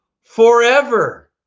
forever